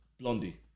blondie